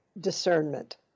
discernment